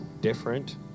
different